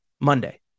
Monday